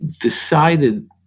decided